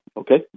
okay